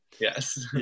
Yes